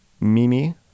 Mimi